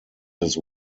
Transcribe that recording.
his